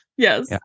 Yes